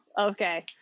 okay